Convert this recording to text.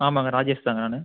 ஆமாங்க ராஜேஷ் தான் நான்